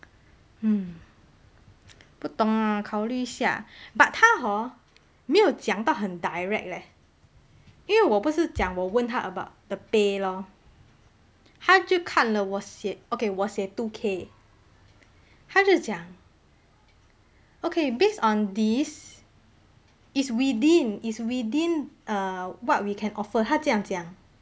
hmm 不懂啦考虑一下 but 她 hor 没有讲到很 direct leh 因为我不是讲我问她 about the pay lor 她就看了我写 okay 我写 two K 她就讲 okay based on this it's within it's within uh what we can offer 她这样讲